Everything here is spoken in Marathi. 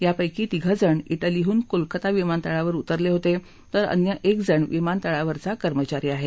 यापैकी तिघजण इटलीहून कोलकाता विमानतळावर उतरले होते तर अन्य एकजण विमानतळावरचा कर्मचारी आहे